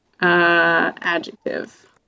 Adjective